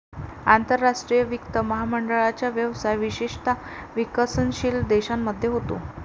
आंतरराष्ट्रीय वित्त महामंडळाचा व्यवसाय विशेषतः विकसनशील देशांमध्ये होतो